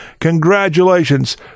Congratulations